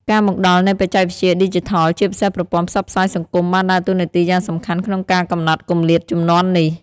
ការមកដល់នៃបច្ចេកវិទ្យាឌីជីថលជាពិសេសប្រព័ន្ធផ្សព្វផ្សាយសង្គមបានដើរតួនាទីយ៉ាងសំខាន់ក្នុងការកំណត់គម្លាតជំនាន់នេះ។